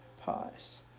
pause